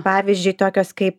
pavyzdžiui tokios kaip